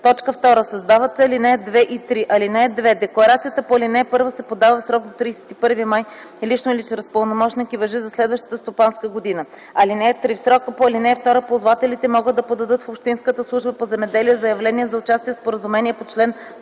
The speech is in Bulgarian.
пето. 2. Създават се ал. 2 и 3: „(2) Декларацията по ал. 1 се подава в срок до 31 май лично или чрез пълномощник и важи за следващата стопанска година. (3) В срока по ал. 2 ползвателите могат да подадат в общинската служба по земеделие заявление за участие в споразумение по чл.